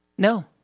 No